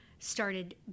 started